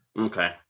Okay